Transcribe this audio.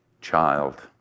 Child